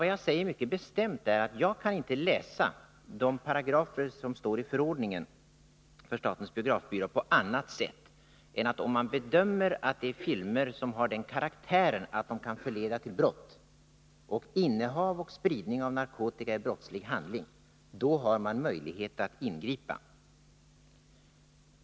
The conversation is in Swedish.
Vad jag säger mycket bestämt är att jag inte kan läsa de paragrafer som Måndagen den står i förordningen för statens biografbyrå på annat sätt än att om man 16 november 1981 bedömer att de filmer som har den karaktären att de kan förleda till brott, och innehav och spridning av narkotika är brottslig handling, då har man Om arbetsmarkmöjlighet att ingripa.